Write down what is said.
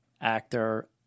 actor